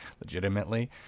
legitimately